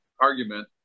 argument